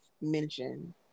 mention